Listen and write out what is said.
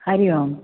Hari Om